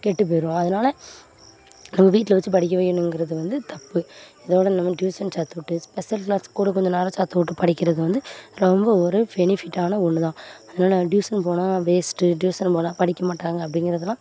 கெட்டு போய்டும் அதனால நம்ம வீட்டில் வச்சு படிக்க வைக்கணுங்குறது தப்பு இதோடு நம்ம டியூசன் சேர்த்து விட்டு ஸ்பெஷல் கிளாஸ் கூட கொஞ்சம் நேரம் சேர்த்து விட்டு படிக்கிறது வந்து ரொம்ப ஒரு ஃபெனிஃபிட்டான ஒன்று தான் அதனால டியூசன் போனால் வேஸ்ட்டு டியூசன் போனால் படிக்க மாட்டாங்க அப்படிங்கிறதுலாம்